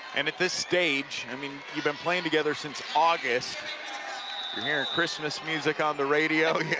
and at this stage, i mean you've been playing together since august you're hearing christmas music on the radio yeah